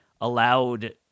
allowed